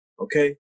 Okay